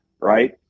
right